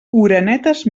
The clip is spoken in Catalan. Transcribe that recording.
oronetes